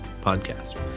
podcast